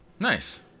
Nice